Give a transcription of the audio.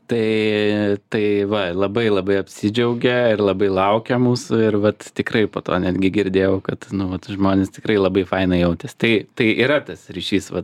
tai tai va labai labai apsidžiaugė ir labai laukia mūsų ir vat tikrai po to netgi girdėjau kad nu vat žmonės tikrai labai fainai jautėsi tai tai yra tas ryšys vat